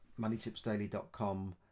MoneyTipsDaily.com